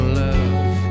love